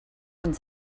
und